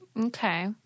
Okay